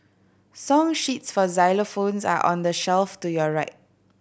song sheets for xylophones are on the shelf to your right